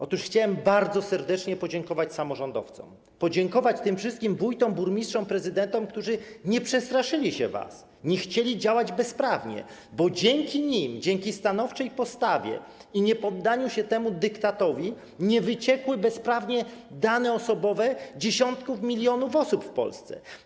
Otóż chciałem bardzo serdecznie podziękować samorządowcom, podziękować tym wszystkim wójtom, burmistrzom, prezydentom, którzy nie przestraszyli się was, nie chcieli działać bezprawnie, bo dzięki nim, dzięki stanowczej postawie i niepoddaniu się temu dyktatowi nie wyciekły bezprawnie dane osobowe dziesiątków milionów osób w Polsce.